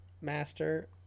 master